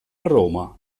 roma